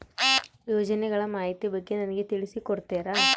ಯೋಜನೆಗಳ ಮಾಹಿತಿ ಬಗ್ಗೆ ನನಗೆ ತಿಳಿಸಿ ಕೊಡ್ತೇರಾ?